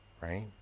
Right